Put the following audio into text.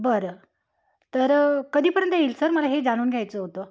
बरं तर कधीपर्यंत येईल सर मला हे जाणून घ्यायचं होतं